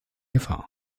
gefahr